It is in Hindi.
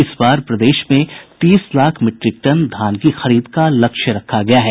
इस बार प्रदेश में तीस लाख मीट्रिक टन धान की खरीद का लक्ष्य रखा गया है